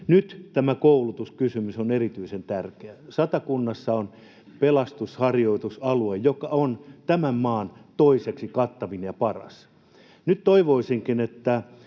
Nyt tämä koulutuskysymys on erityisen tärkeä. Satakunnassa on pelastusharjoitusalue, joka on tämän maan toiseksi kattavin ja paras. Nyt toivoisinkin, että